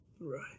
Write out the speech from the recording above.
Right